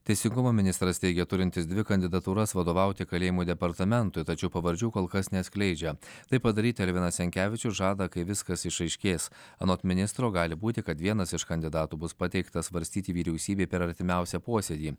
teisingumo ministras teigia turintis dvi kandidatūras vadovauti kalėjimų departamentui tačiau pavardžių kol kas neatskleidžia tai padaryti elvinas jankevičius žada kai viskas išaiškės anot ministro gali būti kad vienas iš kandidatų bus pateiktas svarstyti vyriausybei per artimiausią posėdį